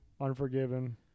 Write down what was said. Unforgiven